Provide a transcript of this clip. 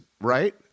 right